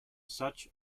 such